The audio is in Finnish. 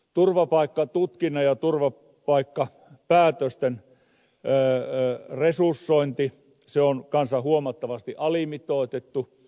turvapaikkatutkinnan ja turvapaikkapäätösten resursointi on kanssa huomattavasti alimitoitettu